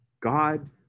God